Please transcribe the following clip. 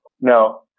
No